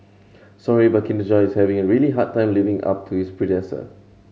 sorry but Kinder Joy is having a really hard time living up to its predecessor